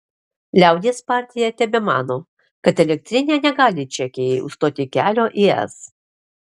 liaudies partija tebemano kad elektrinė negali čekijai užstoti kelio į es